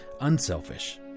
unselfish